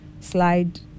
slide